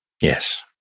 yes